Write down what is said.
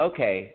Okay